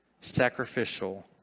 sacrificial